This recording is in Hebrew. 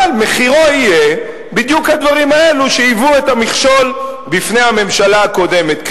אבל מחירו יהיה בדיוק הדברים האלה שהיוו את המכשול בפני הממשלה הקודמת.